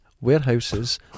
Warehouses